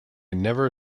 never